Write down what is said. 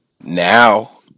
Now